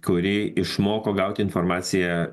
kuri išmoko gauti informaciją